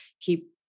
keep